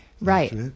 Right